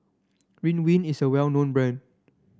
Ridwind is a well known brand